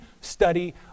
study